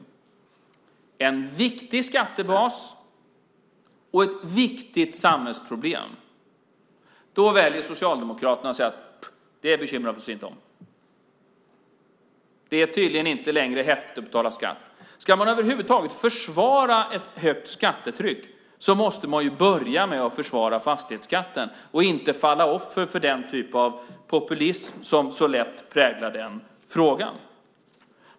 Det handlar om en viktig skattebas och ett viktigt samhällsproblem som Socialdemokraterna väljer att inte bekymra sig om. Det är tydligen inte längre häftigt att betala skatt. Ska man över huvud taget försvara ett högt skattetryck måste man börja med att försvara fastighetsskatten och inte falla offer för den typ av populism som så lätt präglar den frågan.